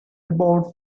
about